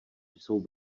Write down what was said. jsou